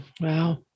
Wow